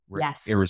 Yes